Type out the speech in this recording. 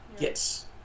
Yes